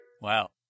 Wow